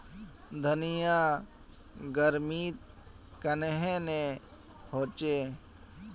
धनिया गर्मित कन्हे ने होचे?